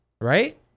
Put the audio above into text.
Right